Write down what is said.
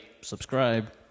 subscribe